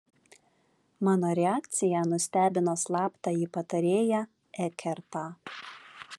mano reakcija nustebino slaptąjį patarėją ekertą